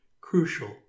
crucial